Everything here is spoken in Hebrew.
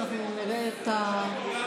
לכולם יש.